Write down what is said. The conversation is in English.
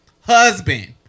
Husband